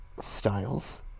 styles